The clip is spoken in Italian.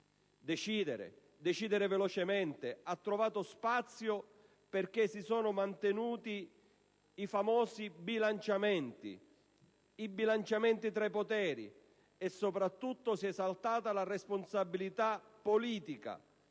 Decidere. Decidere velocemente ha trovato spazio perché si sono mantenuti i famosi bilanciamenti, i bilanciamenti tra i poteri, e soprattutto si è esaltata la responsabilità politica